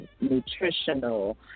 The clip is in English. nutritional